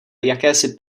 jakési